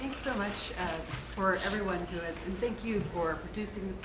so much for everyone who is and thank you for producing